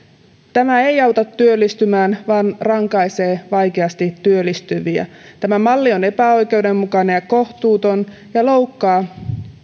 tämä malli ei auta työllistymään vaan rankaisee vaikeasti työllistyviä tämä malli on epäoikeudenmukainen ja kohtuuton ja loukkaa